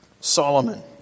Solomon